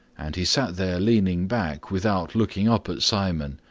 and he sat there leaning back without looking up at simon,